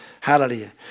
Hallelujah